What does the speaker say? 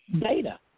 Data